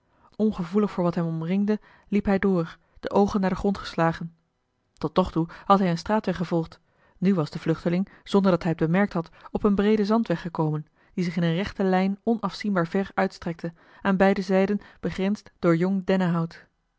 ongevoelig voor wat hem omringde liep hij door de oogen naar den grond geslagen tot nog toe had hij een straatweg gevolgd nu was de vluchteling zonder dat hij het bemerkt had op een breeden zandweg gekomen die zich in eene rechte lijn onafzienbaar ver uitstrekte aan beide zijden begrensd door jong dennenhout